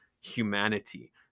humanity